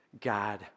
God